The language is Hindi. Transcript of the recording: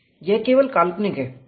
यह केवल काल्पनिक है